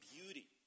beauty